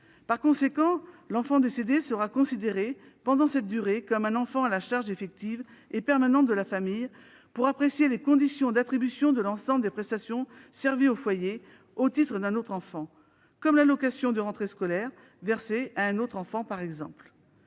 handicapé. L'enfant décédé sera donc considéré, pendant cette période, à la charge effective et permanente de la famille pour apprécier les conditions d'attribution de l'ensemble des prestations servies au foyer, au titre d'un autre enfant- comme l'allocation de rentrée scolaire versée à un autre enfant. Le